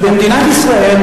במדינת ישראל,